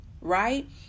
right